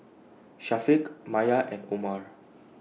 Syafiq Maya and Omar